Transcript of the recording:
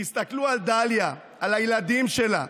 תסתכלו על דליה, על הילדים שלה.